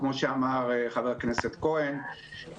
כמו שאמר חבר הכנסת כהן,